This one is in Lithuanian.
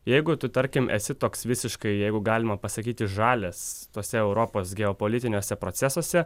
jeigu tu tarkim esi toks visiškai jeigu galima pasakyti žalias tose europos geopolitiniuose procesuose